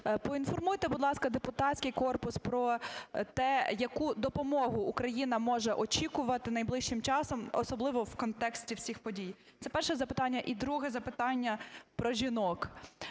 поінформуйте, будь ласка, депутатський корпус про те, яку допомогу Україна може очікувати найближчим часом, особливо в контексті всіх подій. Це перше запитання. І друге запитання – про жінок.